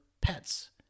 pets